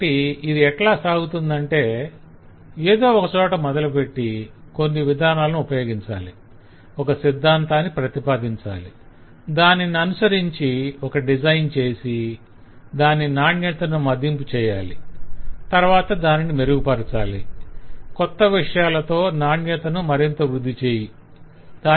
కాబట్టి ఇది ఎట్లా సాగుతుందంటే ఎదో ఒక చోట మొదలుపెట్టి కొన్ని విధానాలను ఉపయోగించాలి ఒక సిద్ధాంతాన్ని ప్రతిపాదించాలి దానిని అనుసరించి ఒక డిజైన్ చేసి దాని నాణ్యతను మదింపు చేయాలి తరవాత దానిని మెరుగుపరచాలికొత్త విషయాలతో నాణ్యతను మరింత వృద్ధి చేయి